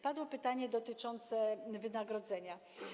Padło pytanie dotyczące wynagrodzenia.